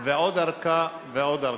ועוד ארכה ועוד ארכה,